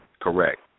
Correct